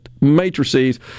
matrices